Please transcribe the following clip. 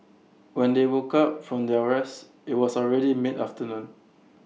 when they woke up from their rest IT was already midafternoon